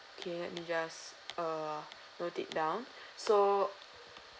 okay let me just uh note it down so